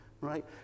Right